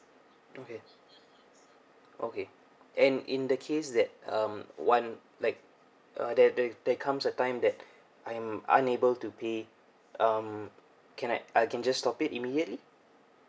okay okay and in the case that um [one] like uh they they comes a time that I'm unable to pay um can I I can just stop it immediately